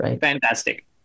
Fantastic